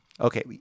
okay